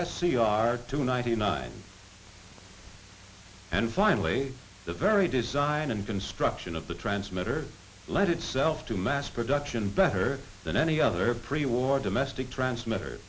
c r two ninety nine and finally the very design and construction of the transmitter led itself to mass production better than any other pre war domestic transmit